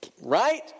Right